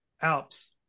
Alps